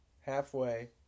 halfway